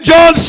John